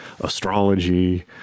astrology